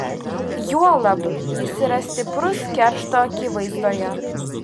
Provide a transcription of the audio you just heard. juolab jis yra stiprus keršto akivaizdoje